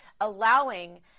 allowing